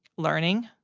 learning.